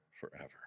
forever